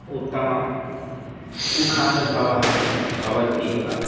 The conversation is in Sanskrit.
उत्तमः सुखानुभवः भवत्येव